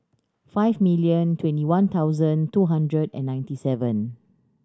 five million twenty one thousand two hundred and ninety seven